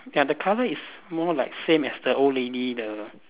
ya the colour is more like same as the old lady the